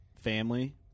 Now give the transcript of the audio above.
family